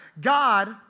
God